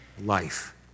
life